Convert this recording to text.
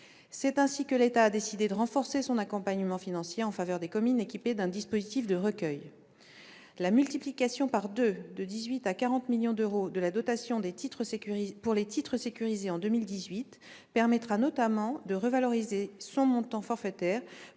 C'est ainsi que l'État a décidé de renforcer son accompagnement financier en faveur des communes équipées d'un dispositif de recueil. La multiplication par deux, de 18 millions à 40 millions d'euros, de la dotation pour les titres sécurisés en 2018 permettra notamment de revaloriser son montant forfaitaire,